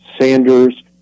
Sanders